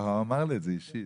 אמר לי את זה אישית.